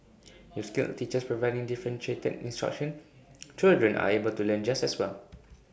with skilled teachers providing differentiated instruction children are able to learn just as well